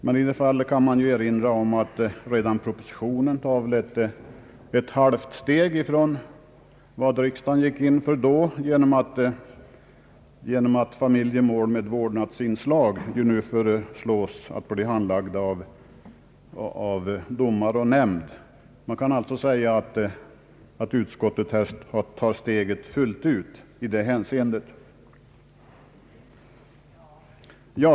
Men i detta fall kan jag erinra om att redan propositionen har tagit ett halvt steg från vad riksdagen då beslöt genom att familjemål med vårdnadsinslag nu föreslås bli handlagda av domare och nämnd. Det kan alltså sägas att utskot tet här tar steget fullt ut i detta hänseende.